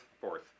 Fourth